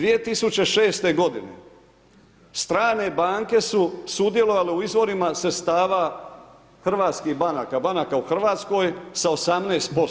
2006. godine strane banke su sudjelovale u izvorima sredstava hrvatskih banaka, banaka u hrvatskoj sa 18%